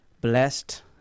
blessed